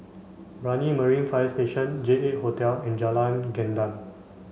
Brani Marine Fire Station J eight Hotel and Jalan Gendang